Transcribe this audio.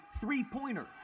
three-pointer